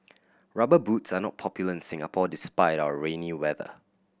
Rubber Boots are not popular in Singapore despite our rainy weather